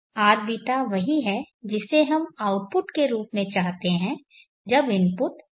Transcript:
तो यह rα rβ वही है जिसे हम आउटपुट के रूप में चाहते हैं जब इनपुट rd और rq हैं